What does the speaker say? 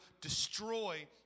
destroy